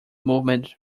movement